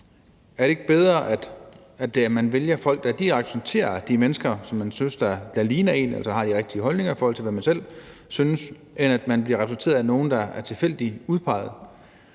Er det ikke bedre, at man vælger folk direkte, så man er repræsenteret af de mennesker, som man synes ligner en, altså har de rigtige holdninger, i forhold til hvad man selv synes, end at man bliver repræsenteret af nogen, der er tilfældigt udpeget?